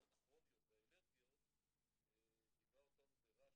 של המחלות הכרוניות והאלרגיות ליווה אותנו ברעש